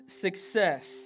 success